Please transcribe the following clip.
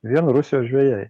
vien rusijos žvejai